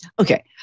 Okay